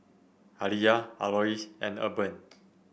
Aliyah Alois and Urban